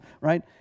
Right